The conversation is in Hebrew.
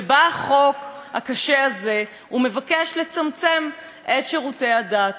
ובא החוק הקשה הזה ומבקש לצמצם את שירותי הדת,